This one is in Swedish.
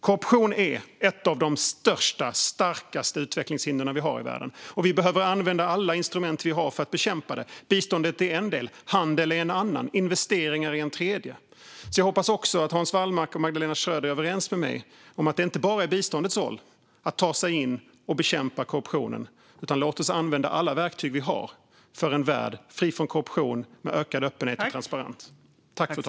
Korruption är ett av de största och starkaste utvecklingshinder vi har i världen. Vi behöver använda alla instrument vi har för att bekämpa det. Biståndet är en del. Handel är en annan. Investeringar är en tredje. Jag hoppas att Hans Wallmark och Magdalena Schröder är överens med mig om att det inte bara är biståndets roll att ta sig in och bekämpa korruptionen. Låt oss använda alla verktyg vi har för en värld fri från korruption och med ökad öppenhet och transparens!